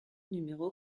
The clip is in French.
numéro